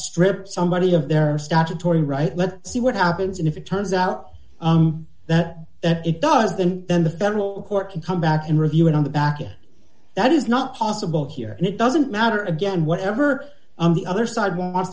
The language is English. strip somebody of their statutory right let's see what happens and if it turns out that it does then then the federal court can come back and review it on the back that is not possible here and it doesn't matter again whatever on the other side wants